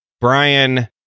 Brian